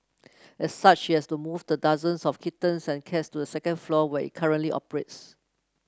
as such he has to move the dozens of kittens and cats to the second floor where it currently operates